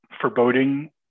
foreboding